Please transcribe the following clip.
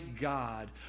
God